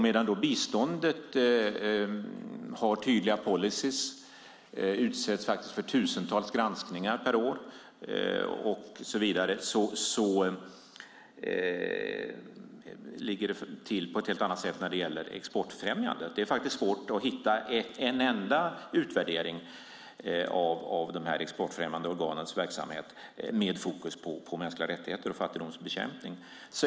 Medan biståndet har tydliga policyer och utsätts för tusentals granskningar per år och så vidare ligger det till på ett helt annat sätt när det gäller exportfrämjandet. Det är svårt att hitta en enda utvärdering av de exportfrämjande organens verksamhet med fokus på mänskliga rättigheter och fattigdomsbekämpning.